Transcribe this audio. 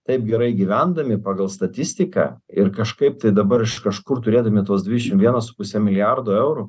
taip gerai gyvendami pagal statistiką ir kažkaip tai dabar iš kažkur turėdami tuos dvidešim vieną su puse milijardo eurų